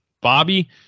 Bobby